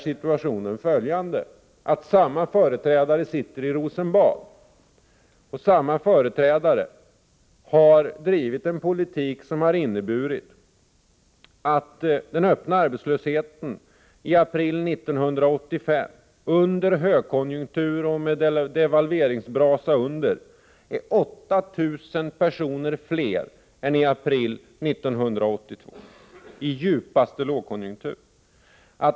Situationen är den, att samma företrädare nu sitter i Rosenbad och har bedrivit en politik som medfört att den öppna arbetslösheten i april 1985, under högkonjunktur och med devalveringsbrasa under, omfattar 8 000 personer fler än i april 1982, i djupaste lågkonjunktur.